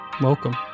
Welcome